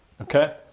Okay